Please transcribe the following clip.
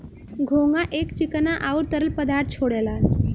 घोंघा एक चिकना आउर तरल पदार्थ छोड़ेला